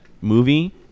movie